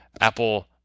Apple